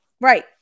Right